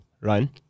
Ryan